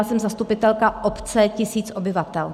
Já jsem zastupitelka obce, tisíc obyvatel.